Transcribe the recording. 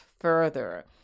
further